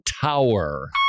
tower